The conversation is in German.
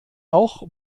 auch